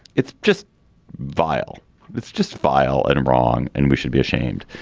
it's just vile it's just vile and and wrong and we should be ashamed.